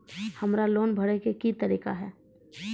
हमरा लोन भरे के की तरीका है?